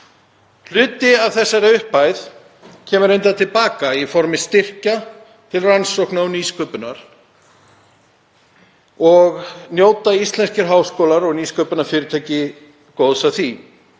Hluti af þessari upphæð kemur reyndar til baka í formi styrkja til rannsókna og nýsköpunar og njóta íslenskir háskólar og nýsköpunarfyrirtæki góðs af því.